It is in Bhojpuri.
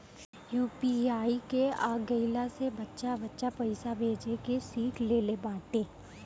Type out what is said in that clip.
यू.पी.आई के आ गईला से बच्चा बच्चा पईसा भेजे के सिख लेले बाटे